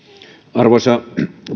arvoisa